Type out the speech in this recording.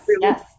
yes